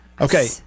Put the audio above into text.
Okay